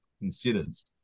considers